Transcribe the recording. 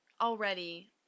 already